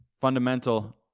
fundamental